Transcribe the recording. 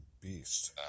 beast